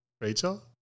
Rachel